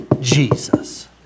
Jesus